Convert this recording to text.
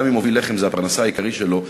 גם אם מוביל לחם זה מקור הפרנסה העיקרי שלו,